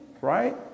right